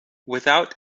without